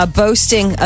boasting